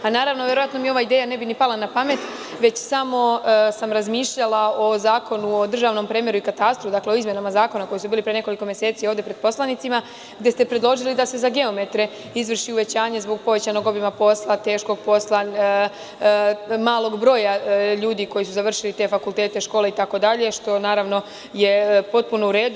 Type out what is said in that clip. Ova ideja mi verovatno ne bi pala na pamet, već sam samo razmišljala o Zakonu o državnom premeru i katastru, dakle izmenama Zakona koje su bile pre nekoliko meseci ovde pred poslanicima, gde ste predložili da se za geometre izvrši uvećanje zbog povećanog obima posla, teškog posla, malog broja ljudi koji su završili te fakultete i škole itd, što naravno je potpuno u redu.